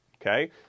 Okay